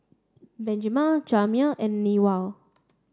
Benjiman Jamir and Newell